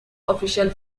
official